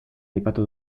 aipatu